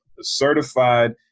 certified